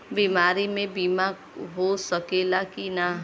बीमारी मे बीमा हो सकेला कि ना?